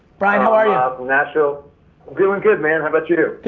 brian, how are ya? i'm from nashville. doing good man, how about you? good,